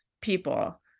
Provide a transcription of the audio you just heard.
people